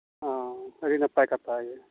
ᱚᱻ ᱟᱹᱰᱤ ᱱᱟᱯᱟᱭ ᱠᱟᱛᱷᱟᱜᱮ